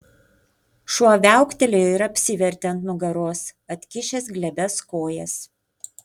šuo viauktelėjo ir apsivertė ant nugaros atkišęs glebias kojas